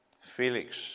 Felix